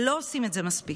ולא עושים את זה מספיק.